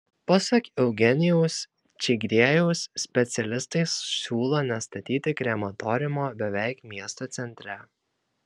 pasak eugenijaus čigriejaus specialistai siūlo nestatyti krematoriumo beveik miesto centre